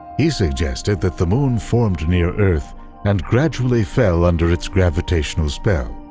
he suggested that the moon formed near earth and gradually fell under its gravitational spell.